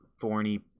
thorny